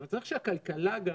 אבל צריך שהכלכלה גם